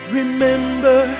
remember